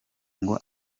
ngo